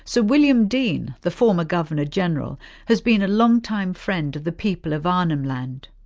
so william deane, the former governor general has been a long time friend of the people of arnhem land.